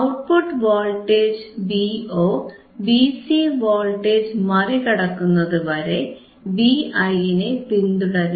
output voltage Vo Vc voltage മറികടക്കുന്നതുവരെ Vi നെ പിന്തുടരും